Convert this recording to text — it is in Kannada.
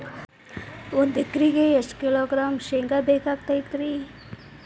ಒಂದು ಎಕರೆಗೆ ಎಷ್ಟು ಕಿಲೋಗ್ರಾಂ ಶೇಂಗಾ ಬೇಕಾಗತೈತ್ರಿ?